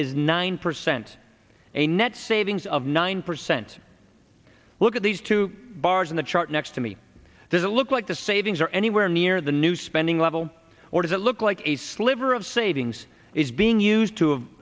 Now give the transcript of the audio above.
is nine percent a net savings of nine percent look at these two bars in the chart next to me there's a look like the savings are anywhere near the new spending level or does it look like a sliver of savings is being used to